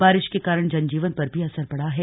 बारिश के कारण जनजीवन पर भी असर पड़ा है